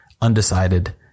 undecided